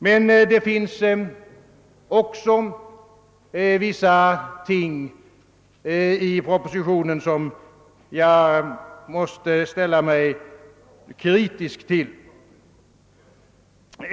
Men det finns också vissa saker i propositionen som jag måste ställa mig kritisk till.